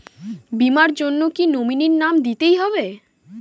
বীমার জন্য কি নমিনীর নাম দিতেই হবে?